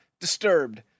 disturbed